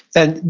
and,